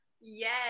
yes